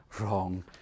wrong